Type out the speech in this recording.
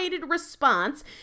response